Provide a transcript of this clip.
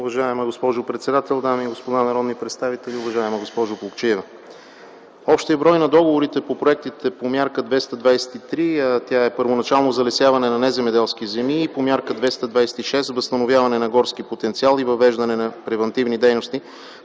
Уважаема госпожо председател, дами и господа народни представители, уважаема госпожо Плугчиева! Общият брой на договорите по проектите по мярка 223, а тя е първоначално залесяване на неземеделски земи и по мярка 226 – възстановяване на горски потенциал и въвеждане на превантивни дейности